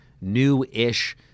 new-ish